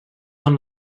són